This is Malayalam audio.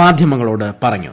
മാധ്യമങ്ങളോട് പറഞ്ഞു